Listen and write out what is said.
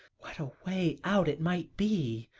what a way out it might be!